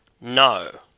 no